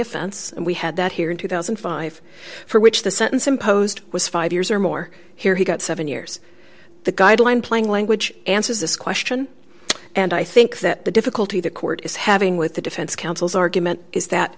offense and we had that here in two thousand and five for which the sentence imposed was five years or more here he got seven years the guideline plain language answers this question and i think that the difficulty the court is having with the defense counsel's argument is that